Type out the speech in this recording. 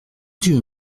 dieu